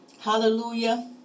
Hallelujah